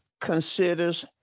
considers